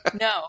no